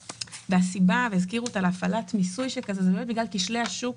הסיבה שהזכירו להפעלת מיסוי כזה היא בגלל כשלי השוק